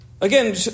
Again